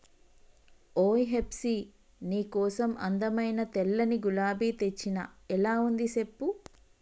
ఓయ్ హెప్సీ నీ కోసం అందమైన తెల్లని గులాబీ తెచ్చిన ఎలా ఉంది సెప్పు